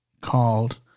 called